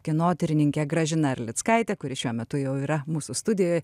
kinotyrininke gražina arlickaite kuri šiuo metu jau yra mūsų studijoje